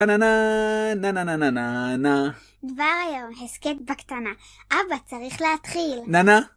נאנא נאנא נאנא נאנא נאנא דבר היום, הסקט בקטנה. אבא, צריך להתחיל. נאנא